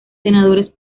senadores